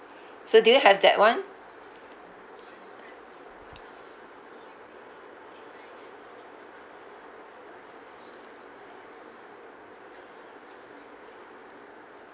so do you have that [one]